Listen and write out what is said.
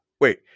wait